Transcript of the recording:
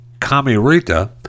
Kamirita